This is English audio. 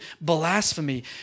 blasphemy